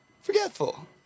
forgetful